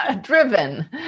driven